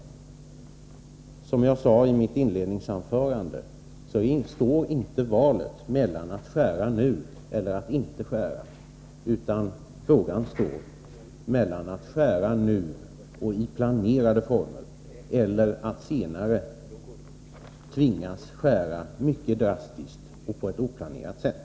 Som jag sade i mitt inledningsanförande står inte valet mellan att skära och att inte skära, utan frågan är om man skall skära nu, och i planerade former, eller att senare tvingas skära mycket drastiskt och på ett oplanerat sätt.